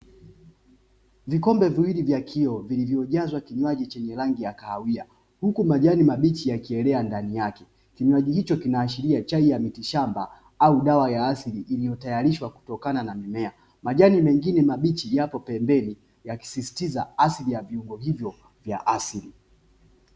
Vikombe viwili vya kioo vilivyojazwa kinywaji chenye rangi ya kahawia huku majani mabichi yakielea ndani yake. Kinywaji hicho kinaashiria chai ya mitishamba au dawa ya asili iliyotayarishwa kutokana na mimea. Majani mengine mabichi yako pembeni yakisisitiza asili ya viungo hivyo vya asili.